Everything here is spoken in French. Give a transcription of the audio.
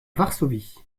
varsovie